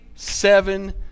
Seven